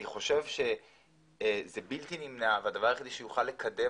אני חושב שזה בלתי נמנע והדבר היחידי שיוכל לקדם